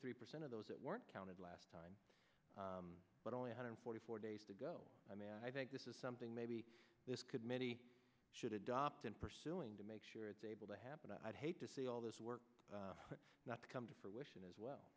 three percent of those that weren't counted last time but only a hundred forty four days to go and i think this is something maybe this could maybe should adopt in pursuing to make sure it's able to happen i'd hate to see all this work not come to fruition as well